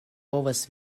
povas